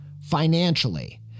financially